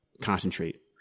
concentrate